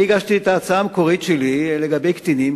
אני הגשתי את ההצעה המקורית שלי לגבי קטינים,